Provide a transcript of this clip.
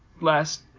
last